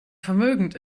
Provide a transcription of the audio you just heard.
vermögend